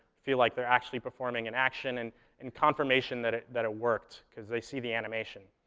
feel like they're actually performing an action, and and confirmation that it that it worked, because they see the animation.